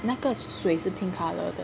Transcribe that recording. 那个水是 pink colour 的